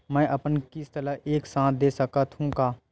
मै अपन किस्त ल एक साथ दे सकत हु का?